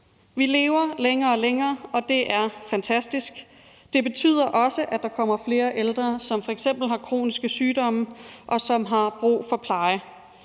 Vi lever længere og længere, og det er fantastisk. Det betyder også, at der kommer flere ældre, som f.eks. har kroniske sygdomme, og som har brug for pleje.